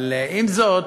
אבל עם זאת,